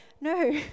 No